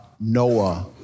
Noah